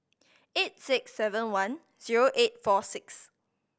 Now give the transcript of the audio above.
eight six seven one zero eight four six